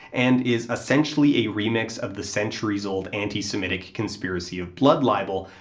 and is essentially a remix of the centuries old anti-semitic conspiracy of blood libel,